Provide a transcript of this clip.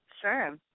Sure